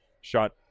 shot